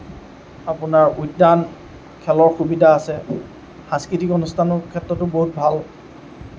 আপোনাৰ উদ্যান খেলৰ সুবিধা আছে সাংস্কৃতিক অনিষ্ঠানৰ ক্ষেত্ৰতো বহুত ভাল